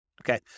Okay